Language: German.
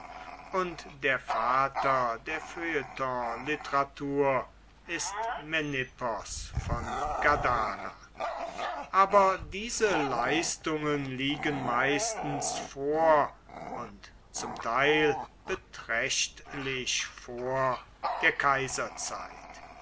und der vater der feuilletonliteratur ist menippos von gadara aber diese leistungen liegen meistens vor und zum teil beträchtlich vor der kaiserzeit